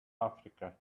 africa